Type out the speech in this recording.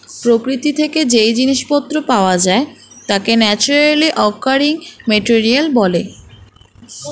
প্রকৃতি থেকে যেই জিনিস পত্র পাওয়া যায় তাকে ন্যাচারালি অকারিং মেটেরিয়াল বলে